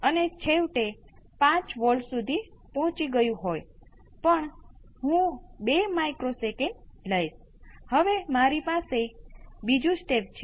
તેથી તે કરવાની એક રીત પાવર સિરીજમાં એક્સપોનેનશીયલને સમજાવવાની છે